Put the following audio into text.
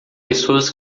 pessoas